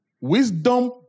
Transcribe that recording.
Wisdom